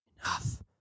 Enough